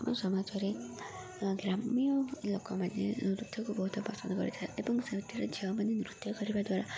ଆମ ସମାଜରେ ଗ୍ରାମୀୟ ଲୋକମାନେ ନୃତ୍ୟକୁ ବହୁତ ପସନ୍ଦ କରିଥାଏ ଏବଂ ସେଥିରେ ଝିଅମାନେ ନୃତ୍ୟ କରିବା ଦ୍ୱାରା